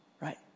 Right